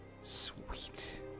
Sweet